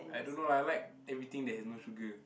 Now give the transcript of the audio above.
I don't like lah I like everything that has no sugar